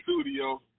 studio